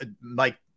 Mike